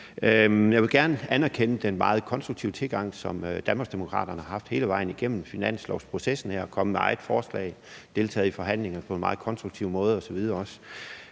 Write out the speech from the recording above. Jeg vil gerne anerkende den meget konstruktive tilgang, som Danmarksdemokraterne har haft hele vejen igennem finanslovsprocessen – man er kommet med sit eget forslag og har deltaget i forhandlingerne på en meget konstruktiv måde.